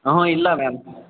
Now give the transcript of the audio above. ಊಹ್ಞೂಂ ಇಲ್ಲ ಮ್ಯಾಮ್